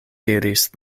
diris